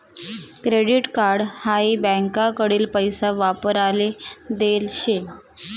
credit card हाई बँकाकडीन पैसा वापराले देल शे